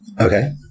okay